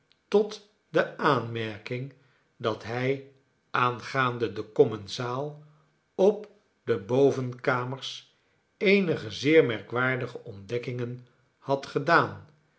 tot de aanmerking dat hij aangaande den commensaal op de bovenkamers eenige zeer merkwaardige ontdekkingen had gedaan